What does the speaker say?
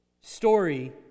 story